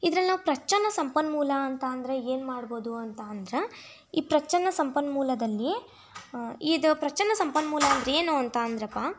ಇದ್ರಲ್ಲಿ ನಾವು ಪ್ರಚ್ಛನ್ನ ಸಂಪನ್ಮೂಲ ಅಂತ ಅಂದರೆ ಏನು ಮಾಡ್ಬೋದು ಅಂತ ಅಂದ್ರೆ ಈ ಪ್ರಚ್ಛನ್ನ ಸಂಪನ್ಮೂಲದಲ್ಲಿ ಇದು ಪ್ರಚ್ಛನ್ನ ಸಂಪನ್ಮೂಲ ಅಂದರೆ ಏನು ಅಂತ ಅಂದ್ರಪ್ಪ